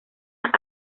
las